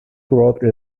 wrote